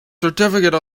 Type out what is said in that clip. certificate